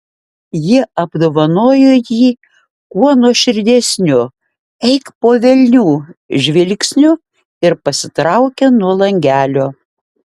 ji apdovanojo jį kuo nuoširdesniu eik po velnių žvilgsniu ir pasitraukė nuo langelio